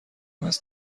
هست